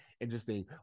interesting